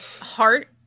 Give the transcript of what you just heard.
heart